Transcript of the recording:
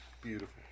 Beautiful